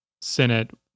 Senate